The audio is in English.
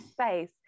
space